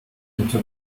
into